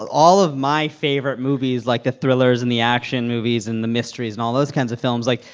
all of my favorite movies, like the thrillers and the action movies and the mysteries and all those kinds of films like,